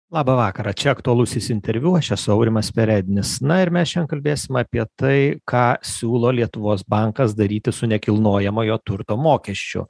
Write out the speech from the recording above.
labą vakarą čia aktualusis interviu aš esu aurimas perednis na ir mes šiandien kalbėsime apie tai ką siūlo lietuvos bankas daryti su nekilnojamojo turto mokesčiu